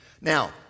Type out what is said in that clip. Now